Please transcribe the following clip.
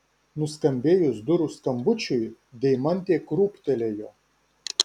nuskambėjus durų skambučiui deimantė krūptelėjo